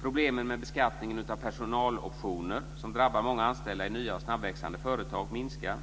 Problemen med beskattningen av personaloptioner, som drabbar många anställda i nya och snabbväxande företag, minskar.